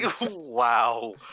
Wow